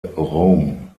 rome